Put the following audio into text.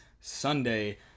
Sunday